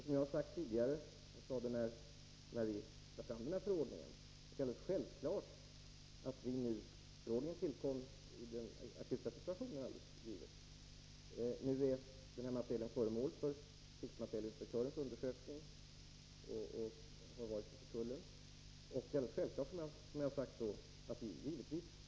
Som jag sagt tidigare — bl.a. när vi lade fram förslaget till förordning — är det självklart att förordningen tillkom i den akuta situationen. Nu är materielen föremål för krigsmaterielinspektörens undersökning, och den har undersökts av tullen.